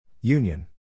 Union